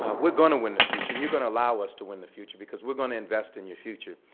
ah we're going to win the future and you're going to allow us to win the future, because we're going to invest in your future.